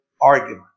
argument